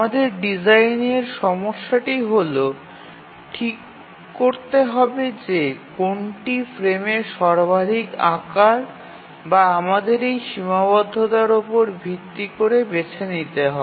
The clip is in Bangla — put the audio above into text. আমাদের ডিজাইনের সমস্যাটি হল ঠিক করতে হবে যে কোনটি ফ্রেমের সর্বাধিক আকার যা আমাদের এই সীমাবদ্ধতার উপর ভিত্তি করে বেছে নিতে হয়